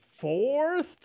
fourth